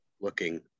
looking